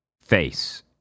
face